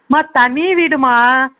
ம்மா தனி வீடும்மா